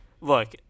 Look